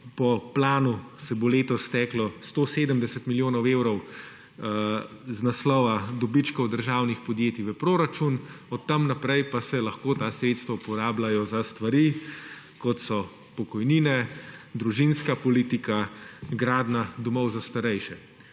po planu, se bo letos steklo 170 milijonov evrov z naslova dobičkov državnih podjetij v proračun, od tam naprej pa se lahko ta sredstva uporabljajo za stvari, kot so pokojnine, družinska politika, gradnja domov za starejše.